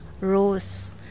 rose